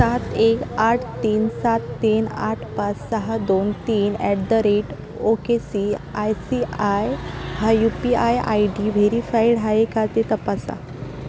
सात एक आठ तीन सात तीन आठ पाच सहा दोन तीन at the rate O K C I C I हा U P I I D verified आहे का ते तपासा